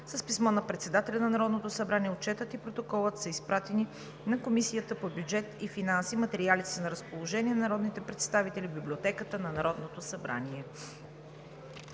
С писмо на председателя на Народното събрание Отчетът и Протоколът са изпратени на Комисията по бюджет и финанси. Материалите са на разположение на народните представители в Библиотеката на Народното събрание.